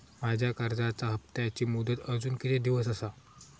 माझ्या कर्जाचा हप्ताची मुदत अजून किती दिवस असा?